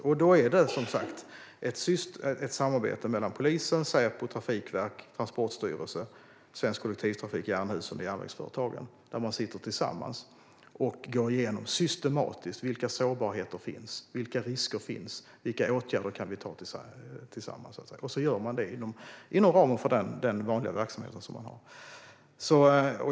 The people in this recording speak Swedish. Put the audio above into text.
Och det är som sagt ett samarbete mellan polisen, Säpo, Trafikverket, Transportstyrelsen, Svensk Kollektivtrafik, Jernhusen och järnvägsföretagen. Tillsammans går man systematiskt igenom vilka sårbarheter som finns, vilka risker som finns och vilka åtgärder man kan vidta tillsammans inom ramen för den vanliga verksamheten.